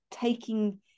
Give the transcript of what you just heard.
taking